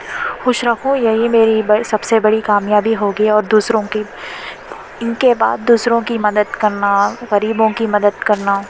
خوش رکھوں یہی میری بہ سب سے بڑی کامیابی ہوگی اور دوسروں کی ان کے بعد دوسروں کی مدد کرنا غریبوں کی مدد کرنا